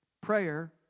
prayer